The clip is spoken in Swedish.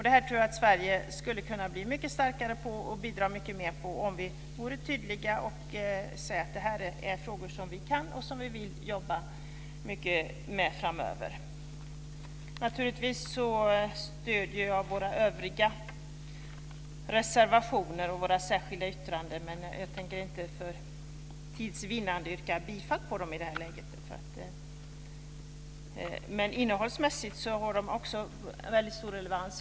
Det här tror jag att Sverige skulle kunna bli mycket starkare på och bidra med mycket mer om vi var tydliga och sade att det här är frågor som vi kan och vill arbeta mer med framöver. Naturligtvis stödjer jag våra övriga reservationer och särskilda yttranden, men jag tänker inte för tids vinnande yrka bifall till dem i det här läget. Men innehållsmässigt har de väldigt stor relevans.